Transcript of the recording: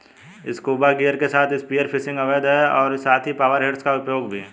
scuba gear के साथ spear fishing अवैध है और साथ ही पावर हेड्स का उपयोग भी